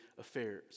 affairs